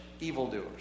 evildoers